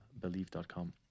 Believe.com